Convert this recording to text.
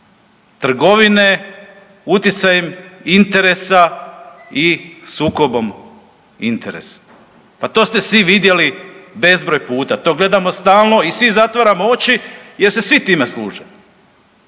trgovine utjecajem interesa i sukobom interesa. Pa to ste svi vidjeli bezbroj puta, to gledamo stalno i svi zatvaramo oči jer se svi time služe.